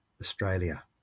Australia